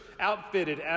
outfitted